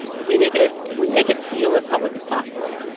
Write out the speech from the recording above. we make it as we make it feel as public as possible.